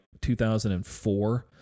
2004